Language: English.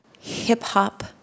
hip-hop